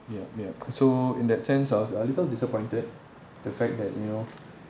yup yup so in that sense I was a little disappointed the fact that you know